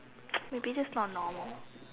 maybe that's not normal